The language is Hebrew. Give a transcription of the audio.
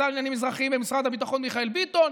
השר לעניינים אזרחיים במשרד הביטחון מיכאל ביטון,